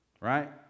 right